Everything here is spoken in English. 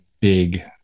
big